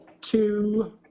two